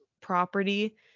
property